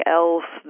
else